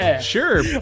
Sure